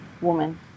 woman